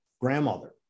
grandmother